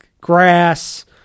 grass